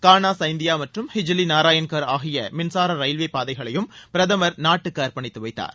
கானா சைந்தியா மற்றும ஹிஜிவி நாராயண்கர் ஆகிய மின்சார ரயில்வே பாதைகளையும் பிரதமர் நாட்டுக்கு அர்ப்பணித்து வைத்தார்